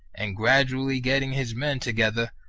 and, gradually getting his men together,